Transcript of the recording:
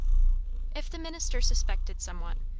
if the minister suspected somewhat,